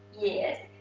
yes,